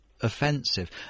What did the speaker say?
offensive